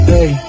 Hey